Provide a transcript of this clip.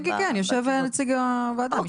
כן, כן, יושב נציג הוועדה.